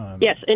Yes